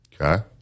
Okay